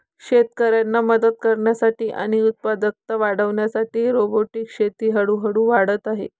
शेतकऱ्यांना मदत करण्यासाठी आणि उत्पादकता वाढविण्यासाठी रोबोटिक शेती हळूहळू वाढत आहे